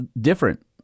different